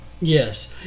Yes